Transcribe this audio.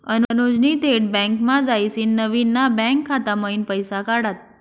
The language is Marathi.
अनुजनी थेट बँकमा जायसीन नवीन ना बँक खाता मयीन पैसा काढात